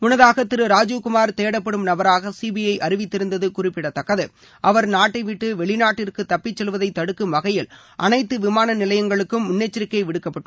முன்னதாக திரு ராஜீவ் குமார் தேடப்படும் நபராக சிபிஐ அறிவித்திருந்தது குறிப்பிடத்தக்கது அவர் நாட்டைவிட்டு வெளிநாட்டிற்கு தப்பிச்செவ்வதை தடுக்கும் வகையில் அனைத்து விமான நிலையங்களுக்கும் முன்னெச்சரிக்கை விடுக்கப்பட்டிருந்தது